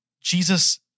Jesus